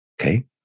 okay